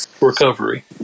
recovery